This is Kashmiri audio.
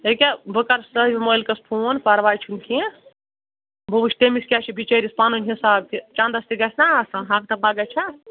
ییٚکیٛاہ بہٕ کَرٕ صٲحبہِ مٲلکَس فون پَرواے چھُنہٕ کیٚنٛہہ بہٕ وٕچھ تٔمِس کیٛاہ چھِ بِچٲرِس پَنُن حِساب تہِ چَنٛدَس تہِ گژھِ نہ آسُن ہَنٛگتہٕ مَنٛگاے چھا